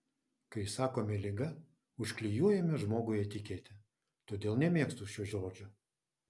kai sakome liga užklijuojame žmogui etiketę todėl nemėgstu šio žodžio